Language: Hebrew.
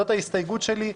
זאת ההסתייגות שלי,